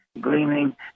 gleaming